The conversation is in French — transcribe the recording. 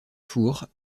four